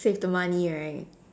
save the money right